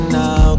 now